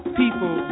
people